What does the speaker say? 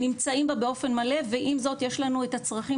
נמצאים בה באופן מלא ועם זאת יש לנו את הצרכים